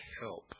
help